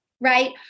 right